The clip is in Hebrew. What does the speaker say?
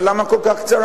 אבל למה כל כך קצרה,